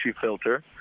filter